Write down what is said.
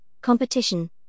competition